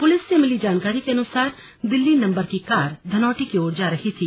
police से मिली जानकारी के अनुसार दिल्ली नंबर की कार धनोल्टी की ओर जा रही थी